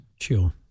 Sure